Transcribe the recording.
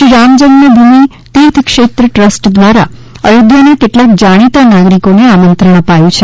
Shri Ram Janmabhoomi Teerth Kshetra trust દ્વારા અયોધ્યાના કેટલાક જાણીતા નાગરિકોને આમંત્રણ અપાયું છે